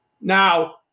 Now